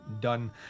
done